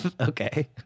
okay